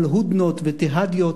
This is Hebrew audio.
על "הודנות" ו"תהדיות",